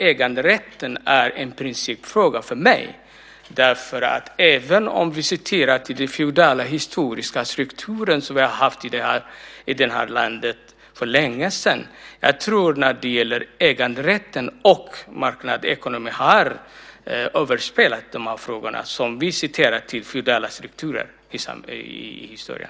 Äganderätten är en principfråga för mig. Vi hänvisar till den feodala historiska strukturen som vi har haft i det här landet för länge sedan. Men jag tror att de här frågorna som vi hänvisar till den feodala strukturen är överspelade när det gäller äganderätten och marknadsekonomin.